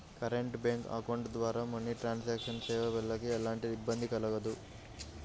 current bank account ద్వారా money transactions చేసేవాళ్ళకి ఎలాంటి ఇబ్బంది కలగదు